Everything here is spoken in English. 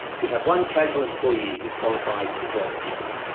we have one casual employee who qualifies for the jobkeeper.